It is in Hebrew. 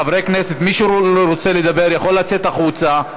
חברי הכנסת, מי שרוצה לדבר יכול לצאת החוצה.